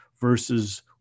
versus